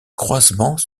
croisements